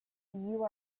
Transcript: you